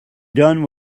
done